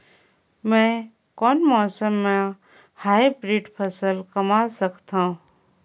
मै कोन मौसम म हाईब्रिड फसल कमा सकथव?